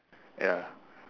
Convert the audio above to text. ya